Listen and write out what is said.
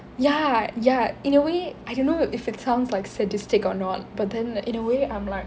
ya ya in a way I don't know if it sounds like sadistic or not but then in a way I'm like